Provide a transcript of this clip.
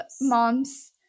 moms